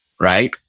right